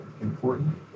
important